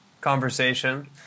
conversation